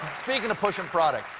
speaking of pushing product.